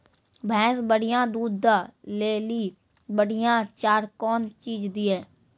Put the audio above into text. भैंस बढ़िया दूध दऽ ले ली बढ़िया चार कौन चीज दिए?